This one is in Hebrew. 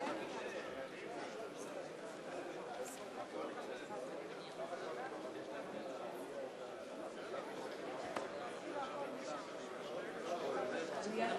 מצביעה